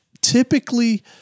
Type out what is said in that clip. typically